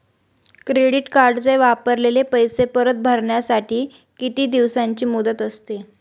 Credit कार्डचे वापरलेले पैसे परत भरण्यासाठी किती दिवसांची मुदत असते?